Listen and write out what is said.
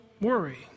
worry